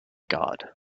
god